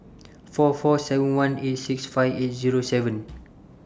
four four seven one eight six five eight Zero seven